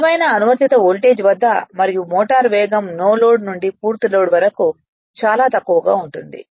స్థిరమైన అనువర్తిత వోల్టేజ్ వద్ద మరియు మోటారు వేగం నో లోడ్ నుండి పూర్తి లోడ్ వరకు చాలా తక్కువగా ఉంటుంది